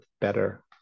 better